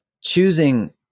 choosing